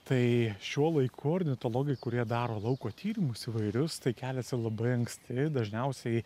tai šiuo laiku ornitologai kurie daro lauko tyrimus įvairius tai keliasi labai anksti dažniausiai